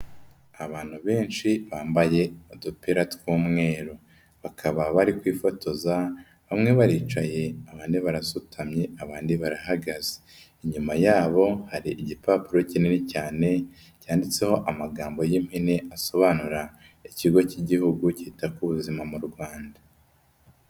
Abantu benshi bambaye udupira tw'umweru, bakaba bari kwifotoza, bamwe baricaye, abandi barasutamye, abandi barahagaze, inyuma yabo hari igipapuro kinini cyane, cyanditseho amagambo y'impine asobanura Ikigo cy'igihugu kita ku buzima mu Rwanda.